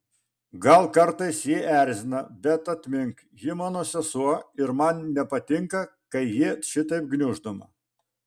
gal kartais ji erzina bet atmink ji mano sesuo ir man nepatinka kai ji šitaip gniuždoma